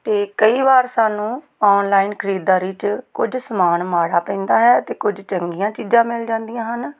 ਅਤੇ ਕਈ ਵਾਰ ਸਾਨੂੰ ਔਨਲਾਈਨ ਖਰੀਦਦਾਰੀ 'ਚ ਕੁਝ ਸਮਾਨ ਮਾੜਾ ਪੈਂਦਾ ਹੈ ਅਤੇ ਕੁਝ ਚੰਗੀਆਂ ਚੀਜ਼ਾਂ ਮਿਲ ਜਾਂਦੀਆਂ ਹਨ